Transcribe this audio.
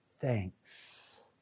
thanks